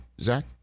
zach